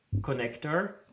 connector